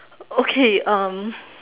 okay um